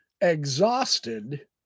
exhausted